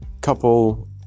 couple